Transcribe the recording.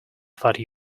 thought